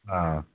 ಹಾಂ